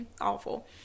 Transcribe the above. awful